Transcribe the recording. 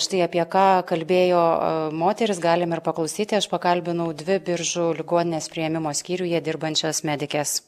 štai apie ką kalbėjo moterys galim ir paklausyti aš pakalbinau dvi biržų ligoninės priėmimo skyriuje dirbančias medikes